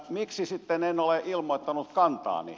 miksi sitten en ole ilmoittanut kantaani